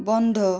বন্ধ